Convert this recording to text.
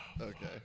okay